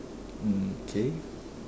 mm k